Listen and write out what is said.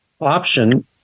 option